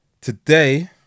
Today